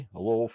Hello